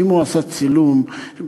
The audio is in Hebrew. אם הוא עשה צילום של,